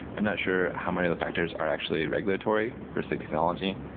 i'm not sure how man of the factors are actually regulatory versus technology.